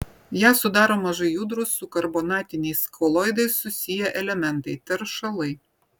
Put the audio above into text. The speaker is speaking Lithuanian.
ją sudaro mažai judrūs su karbonatiniais koloidais susiję elementai teršalai